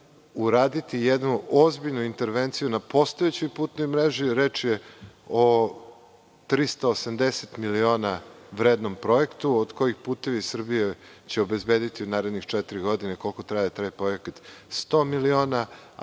uraditi jednu ozbiljnu intervenciju na postojećoj putnoj mreži. Reč je o 380 miliona vrednom projektu, od kojih će „Putevi Srbije“ obezbediti u narednih četiri godine, koliko traje taj projekat, 100 miliona,